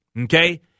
Okay